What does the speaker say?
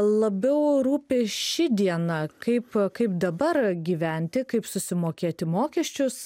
labiau rūpi ši diena kaip kaip dabar gyventi kaip susimokėti mokesčius